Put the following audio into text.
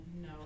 No